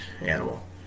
animal